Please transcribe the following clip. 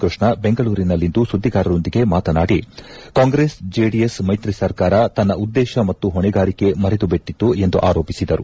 ಕೃಷ್ಣ ಬೆಂಗಳೂರಿನಲ್ಲಿಂದು ಸುದ್ಗಿಗಾರರೊಂದಿಗೆ ಮಾತನಾಡಿ ಕಾಂಗ್ರೆಸ್ ಜೆಡಿಎಸ್ ಮೈತ್ರಿ ಸರ್ಕಾರ ತನ್ನ ಉದ್ದೇಶ ಮತ್ತು ಹೊಣೆಗಾರಿಕೆ ಮರೆತು ಬಿಟ್ಟತ್ತು ಎಂದು ಆರೋಪಿಸಿದರು